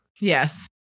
Yes